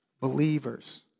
believers